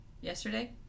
yesterday